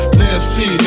nasty